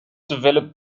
developed